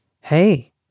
Hey